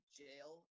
jail